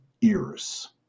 ears